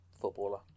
footballer